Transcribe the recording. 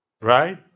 Right